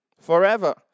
forever